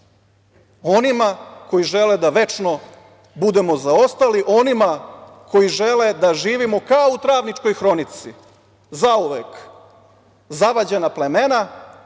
Onima koji žele da večno budemo zaostali, onima koji žele da živimo kao u „Travničkoj hronici“, zauvek zavađena plemena